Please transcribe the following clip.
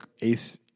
ace-